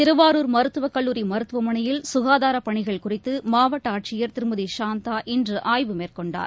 திருவாரூர் மருத்துவக் கல்லூரி மருத்துவமனையில் சுகாதாரபணிகள் குறித்துமாவட்டஆட்சியர் திருமதிசாந்தா இன்றுஆய்வு மேற்கொண்டார்